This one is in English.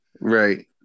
right